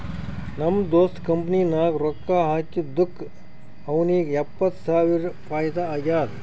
ನಮ್ ದೋಸ್ತ್ ಕಂಪನಿ ನಾಗ್ ರೊಕ್ಕಾ ಹಾಕಿದ್ದುಕ್ ಅವ್ನಿಗ ಎಪ್ಪತ್ತ್ ಸಾವಿರ ಫೈದಾ ಆಗ್ಯಾದ್